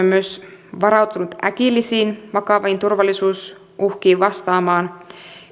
myös varautunut vastaamaan äkillisiin vakaviin turvallisuusuhkiin